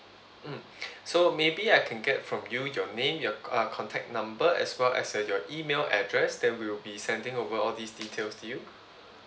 mm so maybe I can get from you your name your uh contact number as well as your email address then we'll be sending over all these details to you